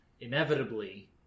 inevitably